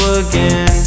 again